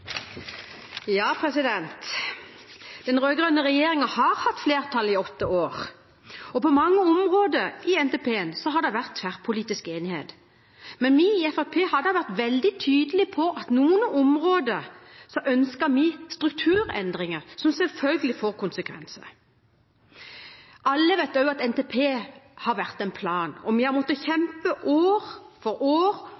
Den rød-grønne regjeringen har hatt flertall i åtte år, og på mange områder i NTP-en har det vært tverrpolitisk enighet. Men vi i Fremskrittspartiet har vært veldig tydelige på at på noen områder ønsker vi strukturendringer som selvfølgelig får konsekvenser. Alle vet også at NTP har vært en plan, og vi har måttet